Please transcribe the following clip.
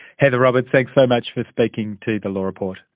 heather roberts, thanks so much for speaking to the law report.